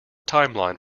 timeline